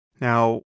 Now